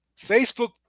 Facebook